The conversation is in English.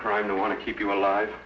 crime to want to keep you alive